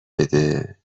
بده